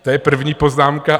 To je první poznámka.